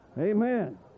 amen